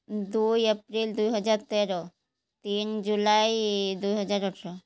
ଦୁଇ ଏପ୍ରିଲ୍ ଦୁଇ ହଜାର ତେର ତିନି ଜୁଲାଇ ଦୁଇ ହଜାର ଅଠର